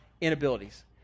inabilities